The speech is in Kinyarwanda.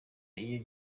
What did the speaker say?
iyo